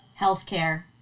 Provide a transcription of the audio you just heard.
healthcare